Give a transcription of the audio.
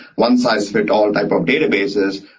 one size fit all type of databases,